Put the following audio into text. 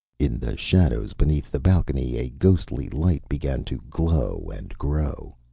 in the shadows beneath the balcony a ghostly light began to glow and grow,